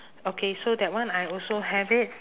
okay so that one I also have it